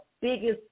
biggest